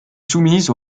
soumise